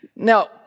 Now